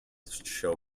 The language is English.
show